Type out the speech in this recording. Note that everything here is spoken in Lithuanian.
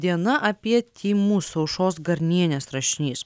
diena apie tymus aušros garnienės rašinys